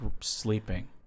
sleeping